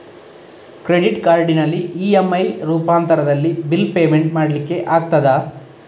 Credit ಕಾರ್ಡಿನಲ್ಲಿ EMI ರೂಪಾಂತರದಲ್ಲಿ bill payment ಮಾಡ್ಲಿಕ್ಕೆ ಆಗ್ತದ?